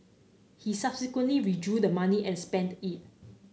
he subsequently withdrew the money and spent it